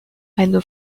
eine